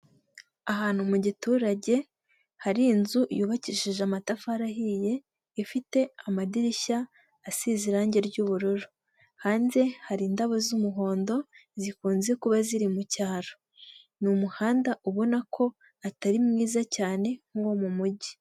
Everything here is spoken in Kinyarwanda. Ahantu mu giturage, hari inzu yubakishije amatafari ahiye ifite amadirishya asize irangi ry'ubururu, hanze hari indabo z'umuhondo zikunze kuba ziri mu cyaro, ni umuhanda ubona ko atari mwiza cyane nk'uwo mu mujyi.